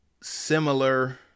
similar